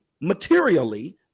materially